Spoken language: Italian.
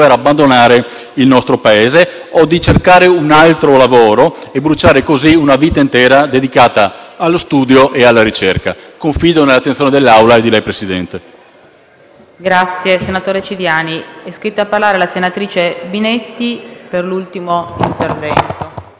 cercare un altro lavoro e bruciare così una vita intera dedicata allo studio e alla ricerca. Confido nell'attenzione dell'Assemblea e nella